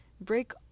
Break